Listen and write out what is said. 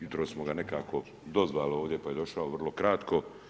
Jutros smo nekako dozvali ovdje pa je došao vrlo kratko.